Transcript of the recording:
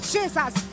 Jesus